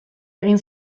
egin